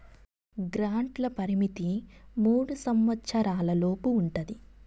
గ్రాంట్ల పరిమితి మూడు సంవచ్చరాల లోపు ఉంటది